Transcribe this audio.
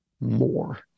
more